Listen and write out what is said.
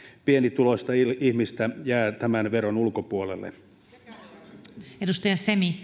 pienituloista ihmistä jää tämän veron ulkopuolelle